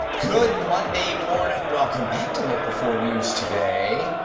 good monday morning! welcome back to local four news today!